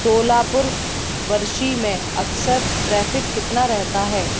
शोलापुर बरषि में अक्सर ट्रैफिक कितना रहता है